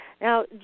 Now